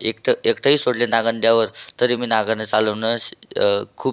एकटं एकटंही सोडलं नागनद्यावर तरी मी नांगरणं चालवणं शि खूप